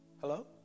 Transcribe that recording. Hello